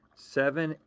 seven,